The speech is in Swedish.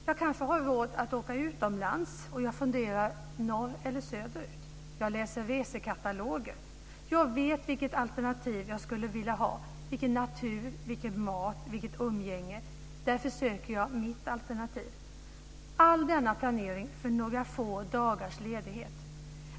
Jag kanske har råd att åka utomlands, och jag funderar om jag ska resa norrut eller söderut. Jag läser resekataloger. Jag vet vilket alternativ jag skulle vilja ha, vilken natur, vilken mat och vilket umgänge jag vill ha. Därför söker jag mitt alternativ. All denna planering sker för några få dagars ledighet.